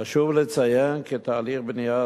חשוב לציין, כי תהליך הבנייה